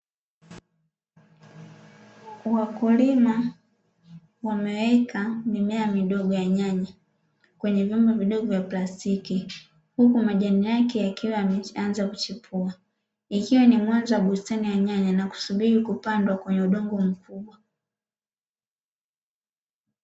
Wakulima wameeka mimea midogo ya nyanya kwenye vyombo vidogo vya plastiki, huku majani yake yakiwa yameshaanza kuchipua. Yakiwa na uwanja wa bustani ya nyanya na kusubiri kupandwa kwenye udongo mkubwa.